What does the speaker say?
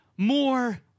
more